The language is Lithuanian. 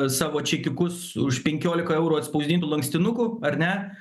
savo čekiukius už penkiolika eurų atspausdintų lankstinukų ar ne